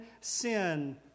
sin